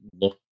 look